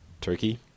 Turkey